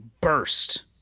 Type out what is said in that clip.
burst